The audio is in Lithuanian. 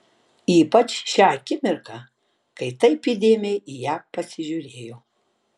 ypač šią akimirką kai taip įdėmiai į ją pasižiūrėjo